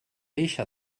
eixa